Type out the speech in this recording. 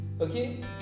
okay